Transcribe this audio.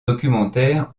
documentaires